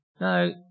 No